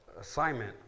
assignment